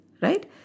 right